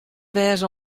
wêze